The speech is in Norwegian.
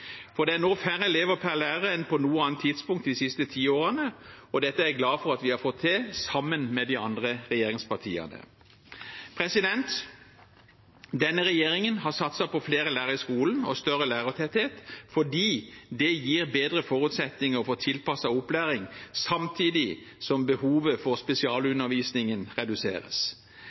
For det er nå færre elever per lærer enn på noe annet tidspunkt de siste ti årene, og dette er jeg glad for at vi har fått til, sammen med de andre regjeringspartiene. Denne regjeringen har satset på flere lærere i skolen og større lærertetthet fordi det gir bedre forutsetninger for tilpasset opplæring samtidig som behovet for spesialundervisning reduseres.